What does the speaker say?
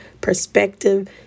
perspective